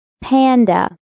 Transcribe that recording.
Panda